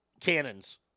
Cannons